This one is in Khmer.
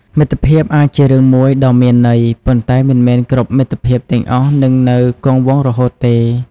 មិត្តភាពអាចជារឿងមួយដ៏មានន័យ ប៉ុន្តែមិនមែនគ្រប់មិត្តភាពទាំងអស់នឹងនៅគង់វង្សរហូតទេ។